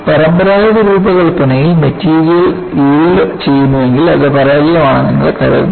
പരമ്പരാഗത രൂപകൽപ്പനയിൽ material yield ചെയ്യുന്നുവെങ്കിൽ അത് പരാജയമാണെന്ന് നിങ്ങൾ കരുതുന്നു